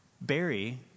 Barry